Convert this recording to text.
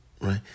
right